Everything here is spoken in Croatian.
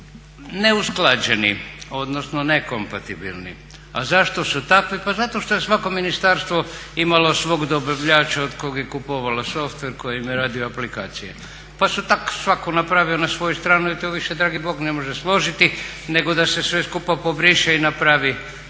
neusklađeni, odnosno nekompatibilni. A zašto su takvi? Pa zato što je svako ministarstvo imalo svog dobavljača od kog je kupovalo software, tko im je radio aplikacije pa su tak svatko napravio na svoju stranu i to više dragi bog ne može složiti nego da se sve skupa pobriše i napravi